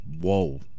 Whoa